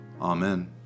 Amen